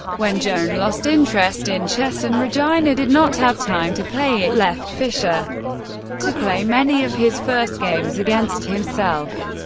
when joan lost interest in chess and regina did not have time to play, it left fischer to play many of his first games against himself.